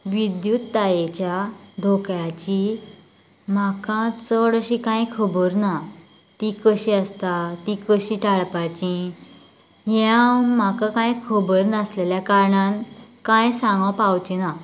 विद्युतायेच्या धोक्याची म्हाका चड अशी कांय खबर ना ती कशी आसता ती कशी टाळपाची हे हांव म्हाका कांय खबर नासलेल्या कारणान कांय सांगोक पावचें ना